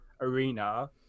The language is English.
arena